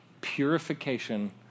purification